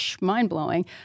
mind-blowing